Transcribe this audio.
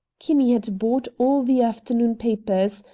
kinney had bought all the afternoon papers,